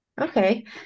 Okay